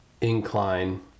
incline